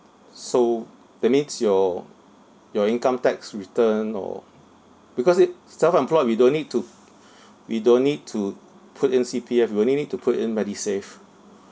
so that means your your income tax return or because it self employed we don't need to we don't need to put in C_P_F we only need to put in medisave